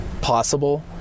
possible